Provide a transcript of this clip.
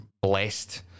blessed